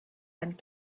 and